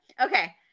Okay